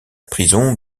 prison